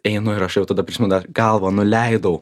einu ir aš jau tada prisimenu dar galvą nuleidau